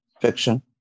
fiction